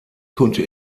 konnte